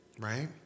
Right